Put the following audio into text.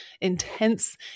intense